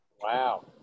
Wow